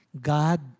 God